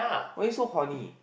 why you so horny